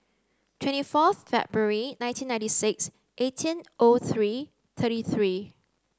twenty fourth February nineteen ninety six eighteen O three thirty three